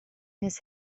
his